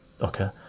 okay